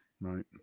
right